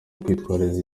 gukwirakwiza